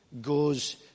goes